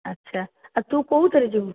ଆଚ୍ଛା ତୁ କେଉଁଥିରେ ଯିବୁ